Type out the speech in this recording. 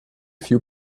few